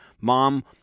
Mom